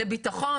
לביטחון.